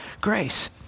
grace